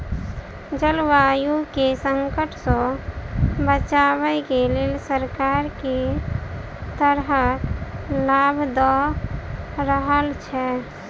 जलवायु केँ संकट सऽ बचाबै केँ लेल सरकार केँ तरहक लाभ दऽ रहल छै?